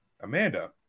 Amanda